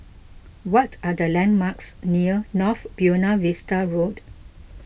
what are the landmarks near North Buona Vista Road